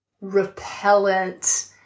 repellent